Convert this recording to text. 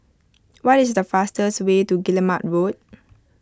what is the fastest way to Guillemard Road